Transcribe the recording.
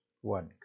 one